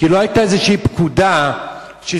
כי לא היתה איזושהי פקודה שסירבו.